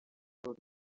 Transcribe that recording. old